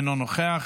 אינו נוכח,